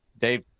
Dave